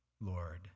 Lord